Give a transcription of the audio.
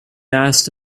asked